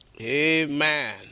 Amen